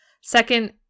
second